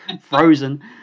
Frozen